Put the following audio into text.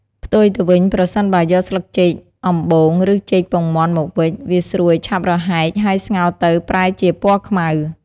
ផ្ទុយទៅវិញប្រសិនបើយកស្លឹកចេកអំបូង ឬចេកពងមាន់មកវេច វាស្រួយឆាប់រហែក ហើយស្ងោរទៅប្រែជាពណ៌ខ្មៅ។